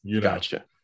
Gotcha